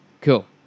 Cool